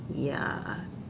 ya